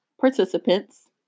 participants